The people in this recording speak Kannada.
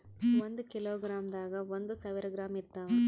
ಒಂದ್ ಕಿಲೋಗ್ರಾಂದಾಗ ಒಂದು ಸಾವಿರ ಗ್ರಾಂ ಇರತಾವ